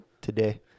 today